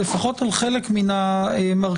לפחות על חלק מן המרכיבים,